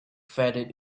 faded